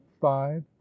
five